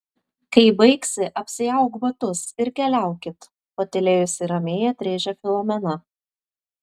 kai baigsi apsiauk batus ir keliaukit patylėjusi ramiai atrėžė filomena